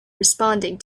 responding